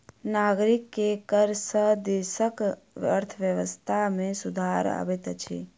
नागरिक के कर सॅ देसक अर्थव्यवस्था में सुधार अबैत अछि